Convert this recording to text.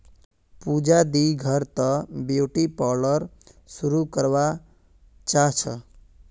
पूजा दी घर त ब्यूटी पार्लर शुरू करवा चाह छ